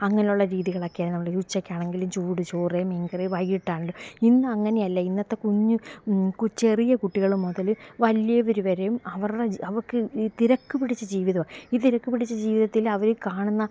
അങ്ങനെയുള്ള രീതികളൊക്കെയാണ് ഉച്ചക്കാണെങ്കില് ചൂട് ചോറ് മീന്കറി വൈകിട്ടാണേലും ഇന്നങ്ങനെയല്ല ഇന്നത്തെ കുഞ്ഞ് ചെറിയ കുട്ടികള് മുതല് വലിയവര് വരെയും അവരുടെ അവര്ക്ക് തിരക്കു പിടിച്ച ജീവിതമാണ് ഈ തിരക്ക് പിടിച്ച ജീവിതത്തില് അവര് കാണുന്ന